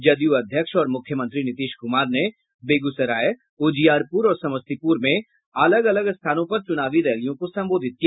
जदयू अध्यक्ष और मुख्यमंत्री नीतीश कुमार ने बेगूसराय उजियारपुर और समस्तीपुर में अलग अलग स्थानों पर चुनावी रैलियों को संबोधित किया